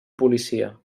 policia